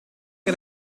che